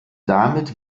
damit